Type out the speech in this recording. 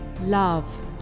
love